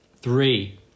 three